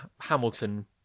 Hamilton